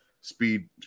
speed